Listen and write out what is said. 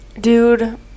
Dude